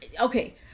Okay